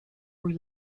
were